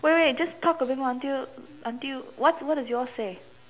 wait wait just talk a bit more until until what what does yours say